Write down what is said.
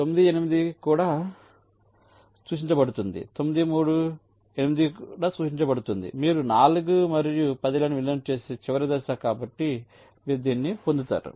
9 8 కు సూచించబడుతుంది 9 3 8 కు సూచించబడుతుంది మీరు 4 మరియు 10 లను విలీనం చేసే చివరి దశ కాబట్టి మీరు దీన్ని పొందుతారు